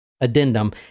addendum